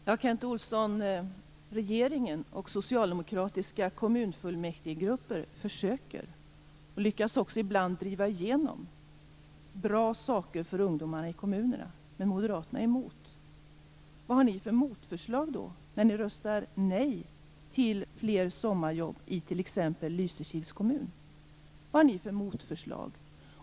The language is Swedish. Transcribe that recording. Fru talman! Regeringen och socialdemokratiska kommunfullmäktigegrupper försöker, Kent Olsson, och lyckas också ibland driva igenom bra saker för ungdomarna i kommunerna. Men moderaterna är emot. Vad har ni för motförslag när ni röstar nej till fler sommarjobb i t.ex. Lysekils kommun?